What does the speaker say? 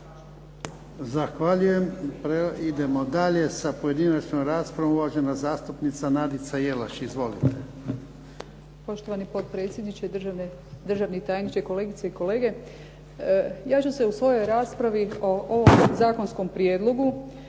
Zahvaljujem. Idemo dalje sa pojedinačnom raspravom. Uvažena zastupnica Nadica Jelaš. Izvolite. **Jelaš, Nadica (SDP)** Poštovani potpredsjedniče, državni tajniče, kolegice i kolege. Ja ću se u svojoj raspravi o ovom zakonskom prijedlogu